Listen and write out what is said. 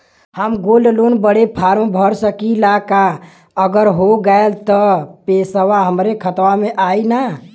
हम gold loan बड़े form भर सकी ला का अगर हो गैल त पेसवा हमरे खतवा में आई ना?